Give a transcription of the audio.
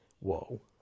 Whoa